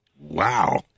Wow